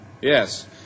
Yes